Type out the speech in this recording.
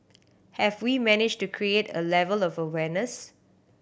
have we managed to create a level of awareness